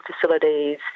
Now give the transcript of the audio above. facilities